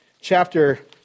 chapter